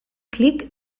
klik